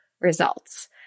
results